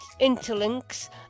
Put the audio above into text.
Interlinks